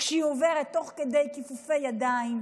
כשהיא עוברת תוך כדי כיפופי ידיים,